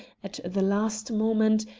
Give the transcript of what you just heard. at the last moment,